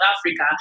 Africa